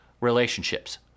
relationships